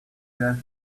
last